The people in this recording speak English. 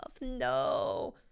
No